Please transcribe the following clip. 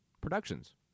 productions